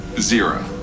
zero